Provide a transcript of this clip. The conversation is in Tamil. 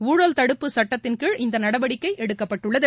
ஊழல் தடுப்பு சுட்டத்தின்கீழ் இந்த நடவடிக்கை எடுக்கப்பட்டுள்ளது